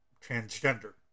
transgender